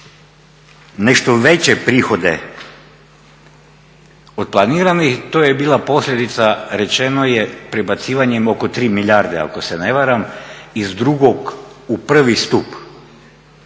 nešto veće prihode od planiranih to je bila posljedica, rečeno je prebacivanjem oko 3 milijarde ako se ne varam iz drugog u prvi stup.